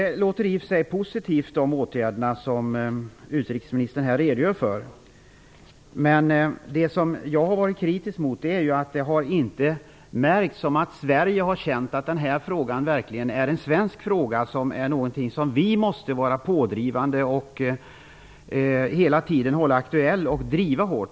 Fru talman! De åtgärder som utrikesministern här redogör för är i och för sig positiva. Men vad jag har varit kritisk mot är att det inte har märkts att Sverige har känt att denna fråga verkligen är en svensk fråga, som vi hela tiden måste hålla aktuell och driva på.